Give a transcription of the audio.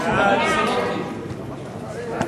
מדינית זרה,